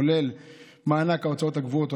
כולל מענק ההוצאות הקבועות,